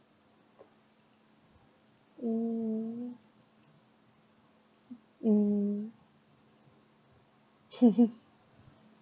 mm mm